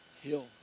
hill